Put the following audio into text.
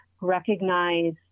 recognize